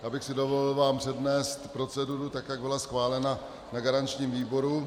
Já bych si dovolil vám přednést proceduru, jak byla schválena na garančním výboru.